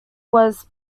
was